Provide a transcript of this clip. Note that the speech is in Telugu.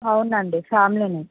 అవునండి ఫ్యామిలీనే